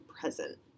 present